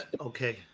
Okay